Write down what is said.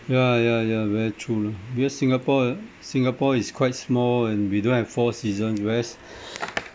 yeah yeah yeah very true lah because singapore uh singapore is quite small and we don't have four seasons whereas